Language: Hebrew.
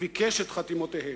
וביקש את חתימותיהם.